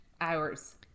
hours